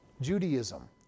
Judaism